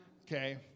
okay